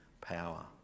power